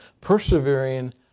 persevering